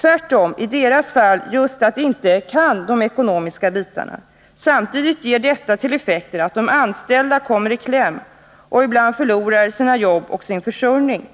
Tvärtom är deras fall just att de inte kan de ekonomiska bitarna. Samtidigt ger detta till effekt att de anställda kommer i kläm och ibland förlorar sina jobb och sin försörjning.